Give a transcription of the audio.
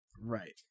Right